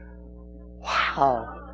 wow